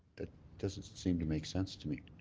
that doesn't seem to make sense to me.